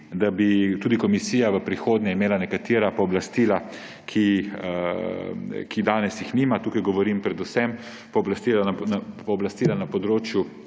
da bi tudi komisija v prihodnje imela nekatera pooblastila, ki jih danes nima, tukaj govorim predvsem o pooblastilih na področju